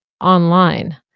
online